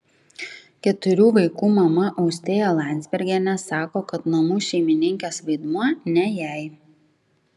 keturių vaikų mama austėja landzbergienė sako kad namų šeimininkės vaidmuo ne jai